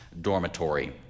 Dormitory